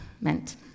meant